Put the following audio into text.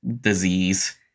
disease